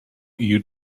you